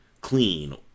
clean